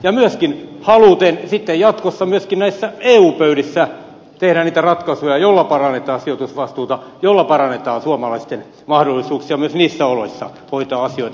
ja myöskin haluten sitten jatkossa myös näissä eu pöydissä tehdä niitä ratkaisuja joilla parannetaan sijoittajavastuuta ja joilla parannetaan suomalaisten mahdollisuuksia myös niissä oloissa hoitaa asioita